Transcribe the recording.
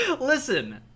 Listen